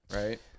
right